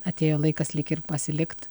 atėjo laikas lyg ir pasilikt